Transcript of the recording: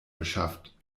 beschafft